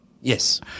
yes